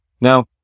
Now